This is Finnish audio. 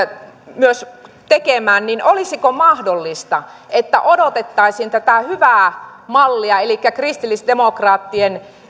myös tekemään niin olisiko mahdollista että odotettaisiin tätä hyvää mallia elikkä kristillisdemokraattien